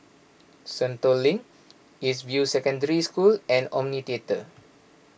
Sentul Link East View Secondary School and Omni theatre